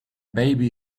baby